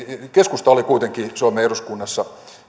keskusta oli kuitenkin suomen eduskunnassa